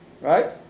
Right